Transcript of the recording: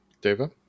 David